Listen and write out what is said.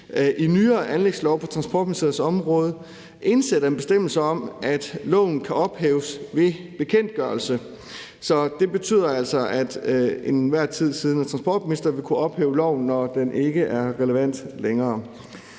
en nyere anlægslov på Transportministeriets område indsætter en bestemmelse om, at love kan ophæves ved bekendtgørelse. Det betyder altså, at en til enhver tid siddende transportminister vil kunne ophæve love, når de ikke er relevante længere.